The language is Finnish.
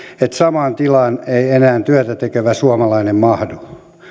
että samaan tilaan ei enää työtä tekevä suomalainen mahdu